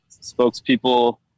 spokespeople